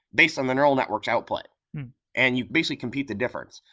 based on the neural network's output and you basically compute the difference.